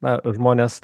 na žmonės